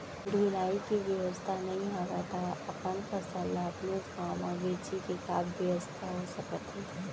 ढुलाई के बेवस्था नई हवय ता अपन फसल ला अपनेच गांव मा बेचे के का बेवस्था हो सकत हे?